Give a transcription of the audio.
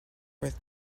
with